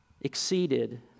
exceeded